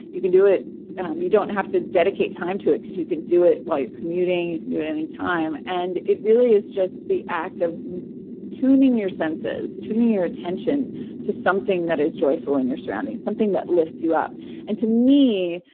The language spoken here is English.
you can do it um you don't have to dedicate time to it, because you can do it while you're commuting you can do it anytime. and it really is just the act of tuning your senses, tuning your attention to something that is joyful in your surroundings, something that lifts you up and to me,